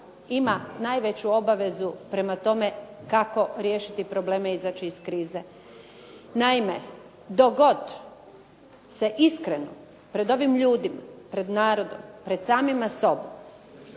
ima najveću obavezu prema tome kako riješiti probleme i izaći iz krize. Naime, dok god se iskreno pred ovim ljudima, pred narodom, pred samima sobom